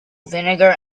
vinegar